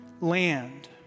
land